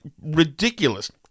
ridiculous